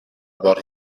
about